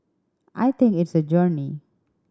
I think it's a journey